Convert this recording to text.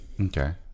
Okay